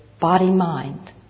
body-mind